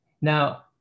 Now